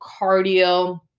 cardio